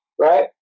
right